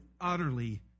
utterly